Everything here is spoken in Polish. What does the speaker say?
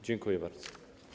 Dziękuję bardzo.